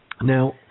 Now